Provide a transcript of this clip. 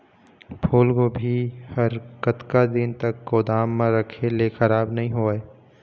फूलगोभी हर कतका दिन तक गोदाम म रखे ले खराब नई होय?